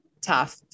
tough